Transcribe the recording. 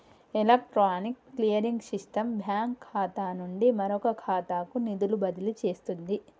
electronic clearing system bank ఖాతా నుండి మరొక ఖాతాకు నిధులు బదిలీ చేస్తుంది